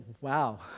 wow